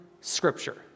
scripture